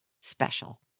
special